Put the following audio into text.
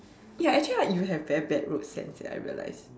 ya actually right you have very bad road sense eh I realized